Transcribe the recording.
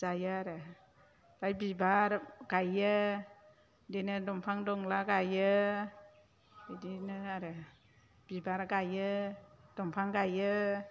जायो आरो ओमफ्राय बिबार गायो बिदिनो दंफां दंला गायो बिदिनो आरो बिबार गायो दंफां गायो